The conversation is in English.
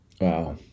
Wow